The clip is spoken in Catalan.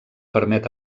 permet